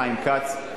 חיים כץ,